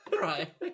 Right